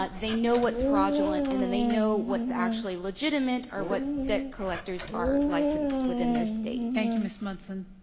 but they know what's fraudulent, and then they know what's actually legitimate or what debt collectors are licensed within their state. thank you, ms. munson.